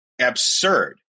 absurd